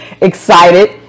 excited